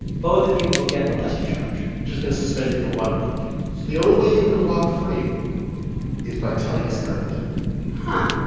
both of you will get the lesser charge just going to suspend you for one week. so the only way you can walk free is by telling us cardiff did it but